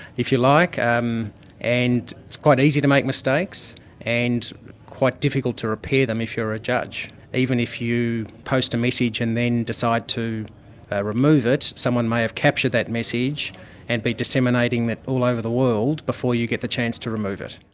if you like, um and it's quite easy to make mistakes and quite difficult to repair them if you are a judge. even if you post a message and then decide to remove it, someone may have captured that message and be disseminating that all over the world before you get the chance to remove it.